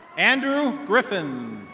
andrew griffin.